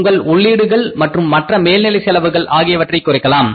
உங்கள் உள்ளீடுகள் மற்றும் மற்ற மேல்நிலை செலவுகள் ஆகியவற்றை குறைக்கலாம்